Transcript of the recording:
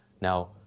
now